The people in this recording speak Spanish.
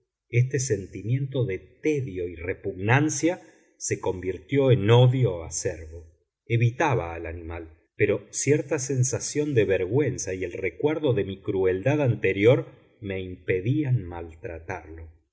este sentimiento de tedio y repugnancia se convirtió en odio acerbo evitaba al animal pero cierta sensación de vergüenza y el recuerdo de mi crueldad anterior me impedían maltratarlo